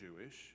Jewish